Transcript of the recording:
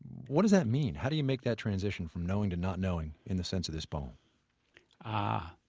what does that mean? how do you make that transition from knowing to not knowing in the sense of this poem ah,